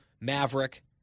Maverick